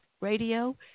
radio